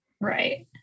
Right